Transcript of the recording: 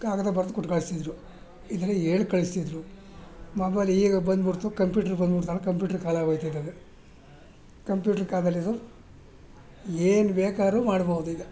ಕಾಗದ ಬರ್ದು ಕೊಟ್ಟುಕೊಳೊಸ್ತಿದ್ರು ಇಲ್ದಿರೆ ಹೇಳಿ ಕಳಿಸ್ತಿದ್ರು ಮೊಬೈಲ್ ಈಗ ಬಂದ್ಬಿಡ್ತು ಕಂಪ್ಯೂಟರ್ ಬಂದ್ಬಿಡ್ತು ಕಂಪ್ಯೂಟರ್ ಕಾಲ ಆಗೋಯ್ತಿದೀಗ ಕಂಪ್ಯೂಟರ್ ಕಾಲದಲ್ಲಿದು ಏನು ಬೇಕಾದ್ರೂ ಮಾಡ್ಬೋದೀಗ